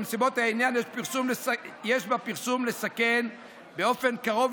בנסיבות העניין יש בפרסום לסכן באופן קרוב